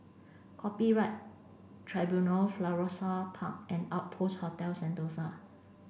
Copyright Tribunal Florissa Park and Outpost Hotel Sentosa